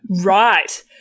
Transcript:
Right